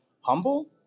humble